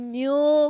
new